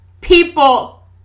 people